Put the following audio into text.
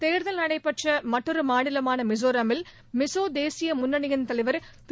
தேர்தல் நடைபெற்ற மற்றொரு மாநிலமான மிஸோராமில் மிஸோ தேசிய முன்னணியின் தலைவர் திரு